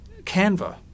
Canva